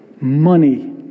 Money